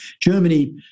Germany